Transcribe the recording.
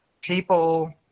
People